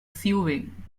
sewing